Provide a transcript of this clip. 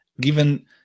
given